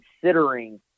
considering